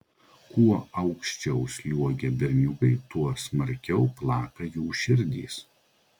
kuo aukščiau sliuogia berniukai tuo smarkiau plaka jų širdys